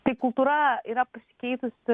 tai kultūra yra pasikeitusi